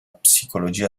psicologia